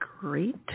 great